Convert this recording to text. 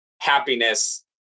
happiness